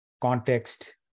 context